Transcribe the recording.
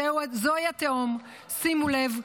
זוהי התהום, שימו לב.